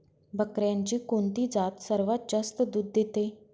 बकऱ्यांची कोणती जात सर्वात जास्त दूध देते?